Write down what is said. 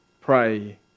pray